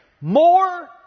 more